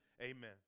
Amen